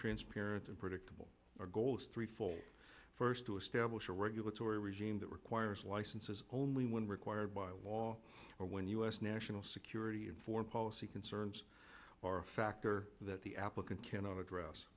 transparent and predictable our goal is threefold first to establish a regulatory regime that requires licenses only when required by law or when us national security and foreign policy concerns are a factor that the applicant cannot address